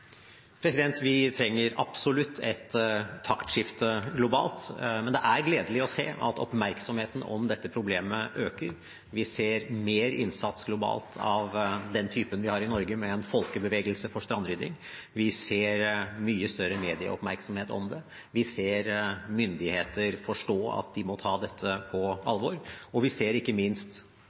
Vi trenger absolutt et taktskifte globalt. Men det er gledelig å se at oppmerksomheten om dette problemet øker. Vi ser større innsats globalt av den typen vi har i Norge med en folkebevegelse for strandrydding. Vi ser mye større medieoppmerksomhet om det. Vi ser at myndigheter forstår at de må ta dette på alvor, og ikke minst er det flere aktører i næringslivet som ser